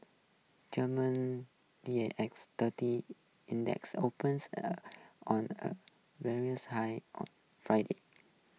Germany D A X thirty index opens a on a high on Friday